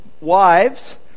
wives